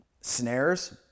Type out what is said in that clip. Snares